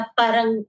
parang